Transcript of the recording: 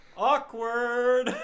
Awkward